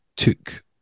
took